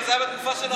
אבל זה היה בתקופה של,